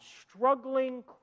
struggling